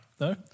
No